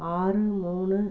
ஆறு மூணு